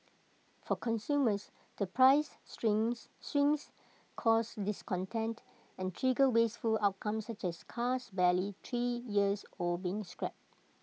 for consumers the price swings swings cause discontent and trigger wasteful outcomes such as cars barely three years old being scrapped